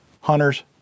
Hunters